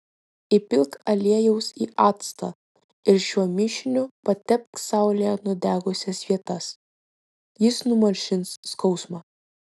įpilk aliejaus į actą ir šiuo mišiniu patepk saulėje nudegusias vietas jis numalšins skausmą